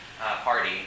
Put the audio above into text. party